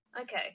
Okay